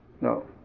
No